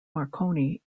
marconi